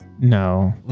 No